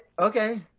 okay